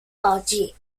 łodzi